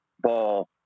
ball